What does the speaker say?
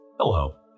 Hello